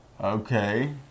Okay